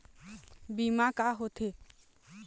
बीमा का होते?